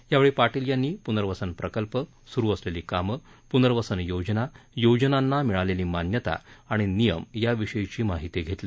यावेळी पाटील यांनी पुनर्वसन प्रकल्प सुरु असलेली कामं पुनर्वसन योजना योजनांना मिळालेली मान्यता आणि नियम याविषयीची माहिती घेतली